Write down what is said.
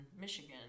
Michigan